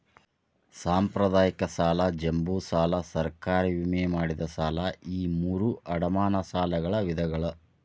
ಸಾಂಪ್ರದಾಯಿಕ ಸಾಲ ಜಂಬೋ ಸಾಲ ಸರ್ಕಾರಿ ವಿಮೆ ಮಾಡಿದ ಸಾಲ ಈ ಮೂರೂ ಅಡಮಾನ ಸಾಲಗಳ ವಿಧಗಳ